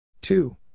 Two